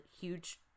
huge